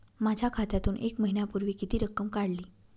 माझ्या खात्यातून एक महिन्यापूर्वी किती रक्कम काढली?